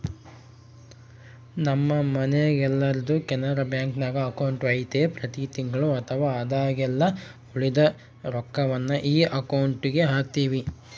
ನಮ್ಮ ಮನೆಗೆಲ್ಲರ್ದು ಕೆನರಾ ಬ್ಯಾಂಕ್ನಾಗ ಅಕೌಂಟು ಐತೆ ಪ್ರತಿ ತಿಂಗಳು ಅಥವಾ ಆದಾಗೆಲ್ಲ ಉಳಿದ ರೊಕ್ವನ್ನ ಈ ಅಕೌಂಟುಗೆಹಾಕ್ತಿವಿ